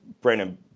Brandon